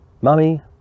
mummy